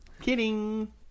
kidding